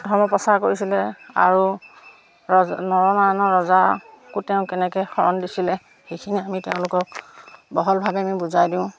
ধৰ্ম প্ৰচাৰ কৰিছিলে আৰু ৰজা নৰনাৰায়ণ ৰজাকো তেওঁ কেনেকে শৰণ দিছিলে সেইখিনি আমি তেওঁলোকক বহলভাৱে আমি বুজাই দিওঁ